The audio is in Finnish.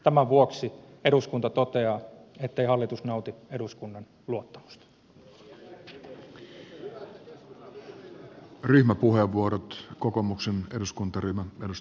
tämän vuoksi eduskunta toteaa ettei hallitus nauti eduskunnan luottamusta